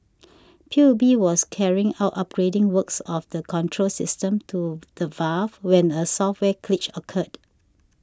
P U B was carrying out upgrading works of the control system to the valve when a software glitch occurred